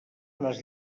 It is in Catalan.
les